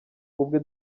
ubwe